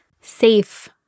safe